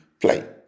play